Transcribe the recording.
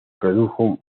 produjo